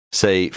say